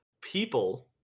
People